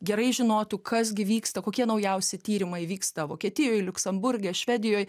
gerai žinotų kas gi vyksta kokie naujausi tyrimai vyksta vokietijoj liuksemburge švedijoj